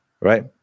right